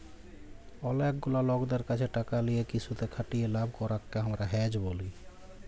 অলেক গুলা লকদের ক্যাছে টাকা লিয়ে কিসুতে খাটিয়ে লাভ করাককে হামরা হেজ ব্যলি